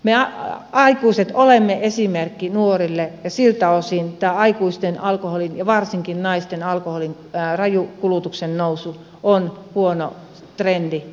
me aikuiset olemme esimerkki nuorille ja siltä osin tämä aikuisten ja varsinkin naisten alkoholin raju kulutuksen nousu on huono trendi tulevaisuuteen nähden